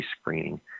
screening